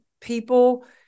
people